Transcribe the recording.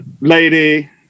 lady